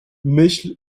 myśl